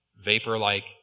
vapor-like